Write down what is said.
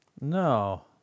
No